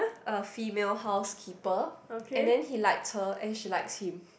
a female housekeeper and then he likes her and she likes him